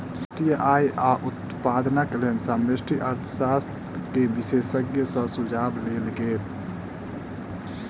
राष्ट्रीय आय आ उत्पादनक लेल समष्टि अर्थशास्त्र के विशेषज्ञ सॅ सुझाव लेल गेल